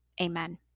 Amen